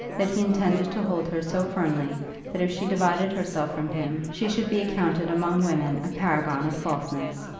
that he intended to hold her so firmly that if she divided herself from him, she should be accounted among women a paragon of falseness.